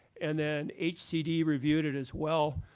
and then hcd reviewed it, as well.